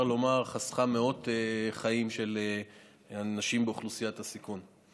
לומר שחסכה מאות חיים של אנשים באוכלוסיית הסיכון.